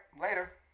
later